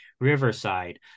Riverside